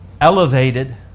elevated